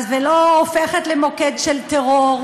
ולא הופכת למוקד של טרור,